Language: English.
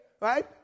right